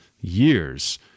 years